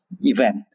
event